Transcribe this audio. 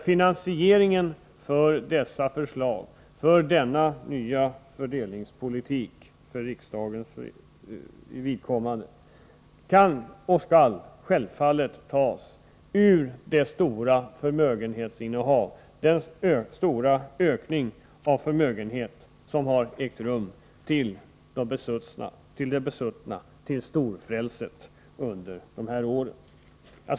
Finansieringen av dessa förslag — denna nya fördelningspolitik — skall självfallet ske genom att pengar tas ur de stora förmögenhetsinnehaven, ur den stora ökning av förmögenheterna som de besuttna, storfrälset, fått under de här åren.